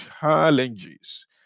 challenges